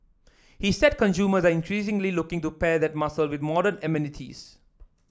he said consumers are increasingly looking to pair that muscle with modern amenities